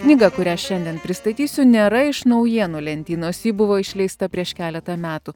knyga kurią šiandien pristatysiu nėra iš naujienų lentynos ji buvo išleista prieš keletą metų